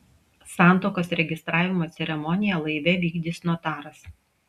santuokos registravimo ceremoniją laive vykdys notaras